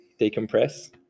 decompress